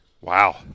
Wow